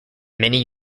many